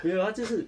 没有他就是